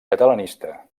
catalanista